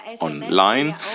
online